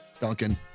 Duncan